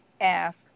ask